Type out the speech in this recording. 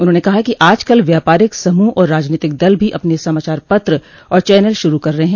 उन्होंने कहा कि आजकल व्यापारिक समूह और राजनीतिक दल भी अपने समाचार पत्र और चैनल शुरू कर रहे हैं